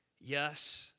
yes